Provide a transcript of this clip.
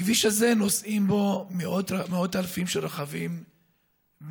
הכביש הזה, נוסעים בו מאות אלפים של רכבים ביום,